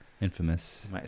Infamous